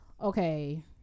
Okay